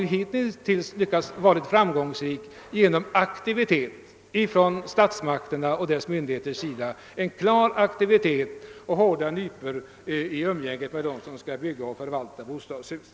De framgångar vi hittills noterat i det fallet har nåtts genom aktiviteter från statsmakterna och myndigheterna och tack vare hårda nypor i umgänget med dem som bygger och förvaltar bostadshus.